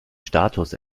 status